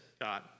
God